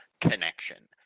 connection